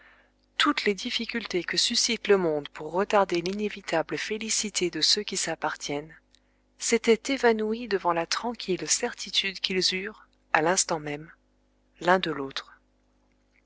toutes les difficultés que suscite le monde pour retarder l'inévitable félicité de ceux qui s'appartiennent s'étaient évanouis devant la tranquille certitude qu'ils eurent à l'instant même l'un de l'autre